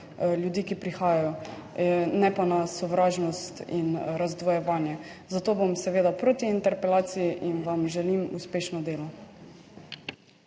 ljudi, ki prihajajo ne pa na sovražnost in razdvojevanje, zato bom seveda proti interpelaciji in vam želim uspešno delo.